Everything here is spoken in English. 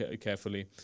carefully